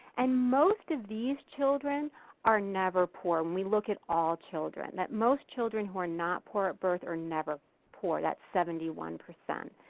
and most of these children are never poor when we look at all children. most children who are not poor at birth are never poor thats seventy one percent.